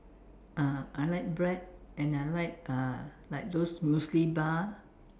ah I like bread and I like uh like those muesli bar